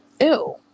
Ew